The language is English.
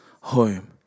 home